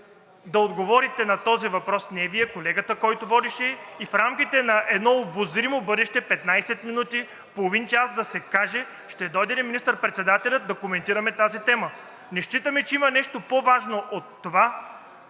да отговорите на този въпрос – не Вие, а колегата, който водеше, и в рамките на едно обозримо бъдеще – 15 минути, половин час, да се каже ще дойде ли министър-председателят да коментираме тази тема? Не считаме, че има нещо по-важно от това,